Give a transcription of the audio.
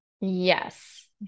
Yes